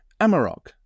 Amarok